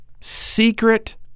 secret